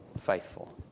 faithful